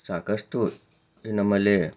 ಸಾಕಷ್ಟು ನಮ್ಮಲ್ಲಿ